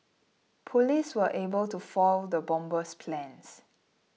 police were able to foil the bomber's plans